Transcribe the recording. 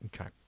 Okay